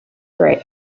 grey